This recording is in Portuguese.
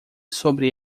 sobre